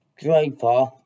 Draper